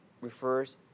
refers